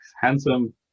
handsome